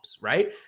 Right